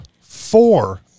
Four